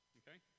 okay